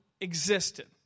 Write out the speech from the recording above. existed